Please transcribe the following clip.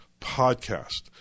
podcast